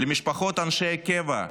למשפחות אנשי הקבע,